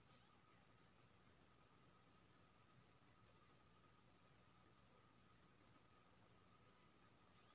हम pumping set machine खरीदैय ल चाहैत रही कोन सरकारी योजना हमर मसीन खरीदय के लागत कवर करतय?